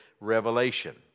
revelation